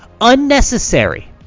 Unnecessary